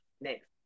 next